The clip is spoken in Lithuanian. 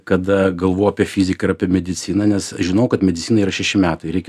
kada galvojau apie fiziką ir apie mediciną nes žinojau kad medicinoj yra šeši metai reikia